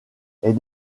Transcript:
est